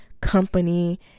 company